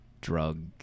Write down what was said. drug